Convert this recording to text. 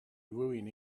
rywun